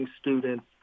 students